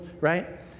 right